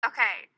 Okay